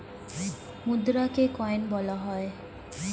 মুদ্রাকে coin বলা হয়